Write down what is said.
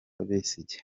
besigye